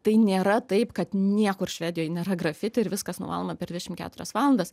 tai nėra taip kad niekur švedijoj nėra grafiti ir viskas nuvaloma per dvidešim keturias valandas